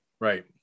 Right